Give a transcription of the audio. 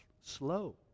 slow